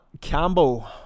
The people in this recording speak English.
Campbell